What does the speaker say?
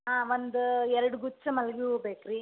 ಹಾಂ ಒಂದು ಎರಡು ಗುಚ್ಛ ಮಲ್ಲಿಗೆ ಹೂ ಬೇಕು ರಿ